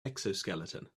exoskeleton